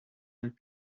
and